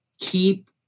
keep